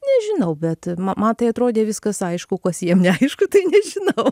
nežinau bet ma man tai atrodė viskas aišku kas jiem neaišku tai nežinau